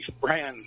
brand